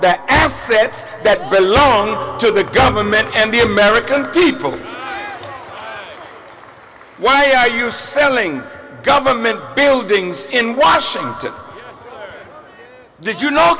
assets that belong to the government and the american people why are you selling government buildings in washington did you know